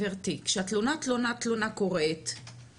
תלונה קורית,